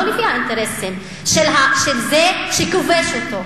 ולא לפי האינטרסים של זה שכובש אותו.